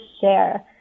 share